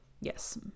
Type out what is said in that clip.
yes